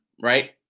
right